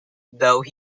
though